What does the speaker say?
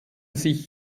sich